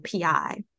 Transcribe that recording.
PI